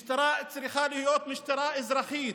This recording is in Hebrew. משטרה צריכה להיות משטרה אזרחית